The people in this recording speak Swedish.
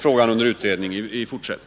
frågan måste utredas igen.